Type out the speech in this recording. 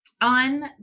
On